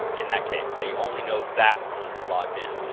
in that case. they only know that someone has logged in.